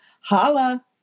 holla